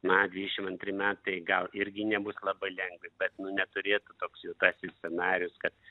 na dvidešim antri metai gal irgi nebus labai lengvi bet nu neturėtų toks juodasis scenarijus kad